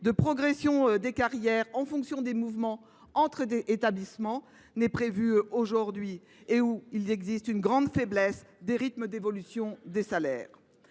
de progression des carrières en fonction des mouvements entre établissements n’est prévue aujourd’hui et où prédomine une grande faiblesse des rythmes d’évolution des salaires.